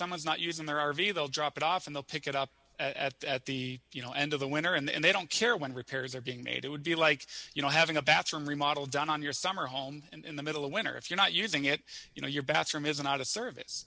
someone's not using their r v they'll drop it off in the pick it up at the you know end of the winter and they don't care when repairs are being made it would be like you know having a bathroom remodel done on your summer home in the middle of winter if you're not using it you know your bathroom isn't out of service